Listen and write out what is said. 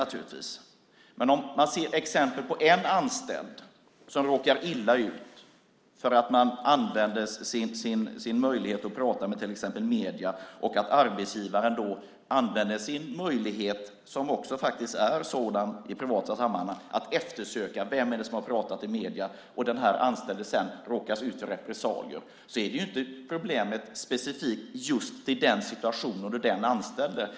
Man kan ta ett exempel där en anställd råkar illa ut för att han eller hon använder sin möjlighet att tala med till exempel medierna, och där arbetsgivaren använder sin möjlighet, som finns i privat verksamhet, att eftersöka vem som har talat i medierna. Om den anställde då råkar ut för repressalier är problemet inte specifikt just i den situationen och för den anställde.